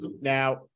Now